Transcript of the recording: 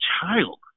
child